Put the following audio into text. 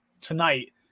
tonight